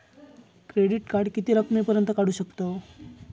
Credit card किती रकमेपर्यंत काढू शकतव?